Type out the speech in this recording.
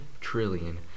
trillion